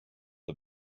the